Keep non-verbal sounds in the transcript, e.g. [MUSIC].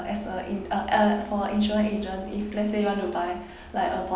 as uh in uh for insurance agent if let's say you want to buy [BREATH] like a